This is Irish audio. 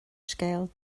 scéal